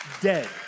dead